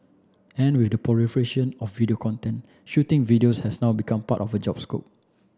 and with the proliferation of video content shooting videos has now become part of the job scope